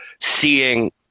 seeing